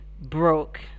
broke